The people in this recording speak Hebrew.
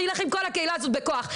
ילך עם כל הקהילה הזו בכוח,